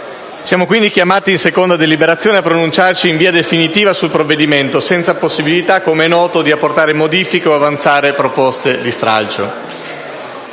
Siamo, quindi, chiamati in seconda deliberazione a pronunciarci in via definitiva sul provvedimento, senza possibilità, com'è noto, di apportare modifiche o avanzare proposte di stralcio.